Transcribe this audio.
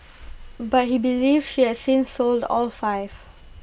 but he believes she has since sold all five